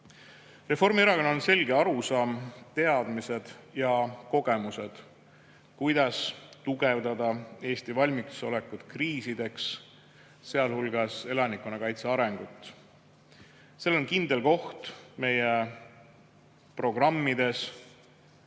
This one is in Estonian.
Reformierakonnal on selge arusaam, teadmised ja kogemused, kuidas tugevdada Eesti valmisolekut kriisideks, sealhulgas elanikkonnakaitse arengut. Sellel on kindel koht meie programmides,